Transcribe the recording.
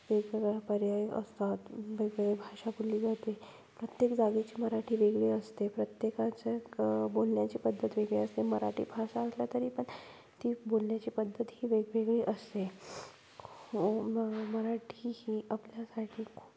वेगवेगळ्या पर्याय असतात वेगवेगळी भाषा बोलली जाते प्रत्येक जागेची मराठी वेगळी असते प्रत्येकाचं एक बोलण्याची पद्धत वेगळी असते मराठी भाषा असली तरी पण ती बोलण्याची पद्धत ही वेगवेगळी असते मराठी ही आपल्यासाठी खूप